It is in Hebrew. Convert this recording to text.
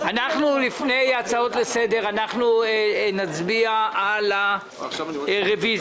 לפני הצעות לסדר אנחנו נצביע על הרוויזיות.